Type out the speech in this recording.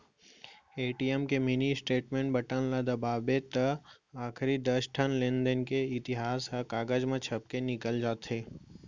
ATM के mini statement button ल दबावें त आखरी दस ठन लेनदेन के इतिहास ह कागज म छपके निकल जाथे